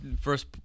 first